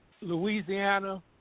Louisiana